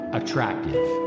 attractive